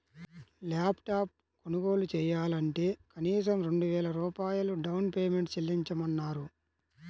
lap top కొనుగోలు చెయ్యాలంటే కనీసం రెండు వేల రూపాయలు డౌన్ పేమెంట్ చెల్లించమన్నారు